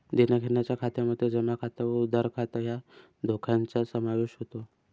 देण्याघेण्याच्या खात्यामध्ये जमा खात व उधार खात या दोघांचा समावेश होतो